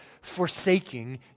forsaking